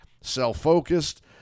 self-focused